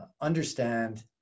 understand